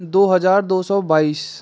दो हज़ार दो सौ बाईस